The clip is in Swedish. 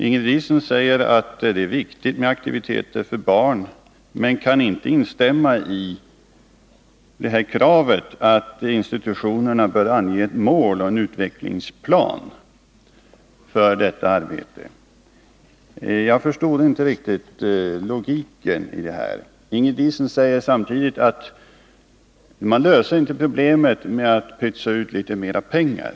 Ingrid Diesen sade att det är viktigt med aktiviteter för barn men kunde inte instämma i kravet på att institutionerna bör ange ett mål och en utvecklingsplan för detta arbete. Jag förstod inte riktigt logiken. Ingrid Diesen sade samtidigt att man inte löser problemen med att pytsa ut litet mera pengar.